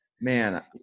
man